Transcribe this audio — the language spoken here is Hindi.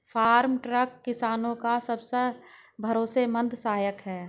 फार्म ट्रक किसानो का सबसे भरोसेमंद सहायक है